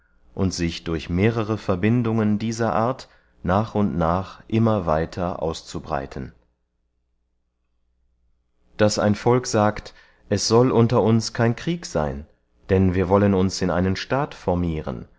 und sich durch mehrere verbindungen dieser art nach und nach immer weiter auszubreiten daß ein volk sagt es soll unter uns kein krieg seyn denn wir wollen uns in einen staat formiren